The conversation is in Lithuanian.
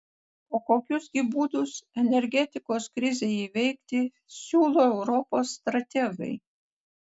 o kokius gi būdus energetikos krizei įveikti siūlo europos strategai